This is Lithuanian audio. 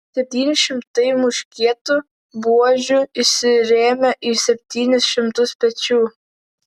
septyni šimtai muškietų buožių įsirėmė į septynis šimtus pečių